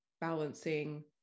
balancing